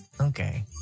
Okay